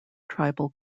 tribal